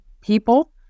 people